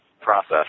process